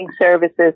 services